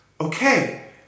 okay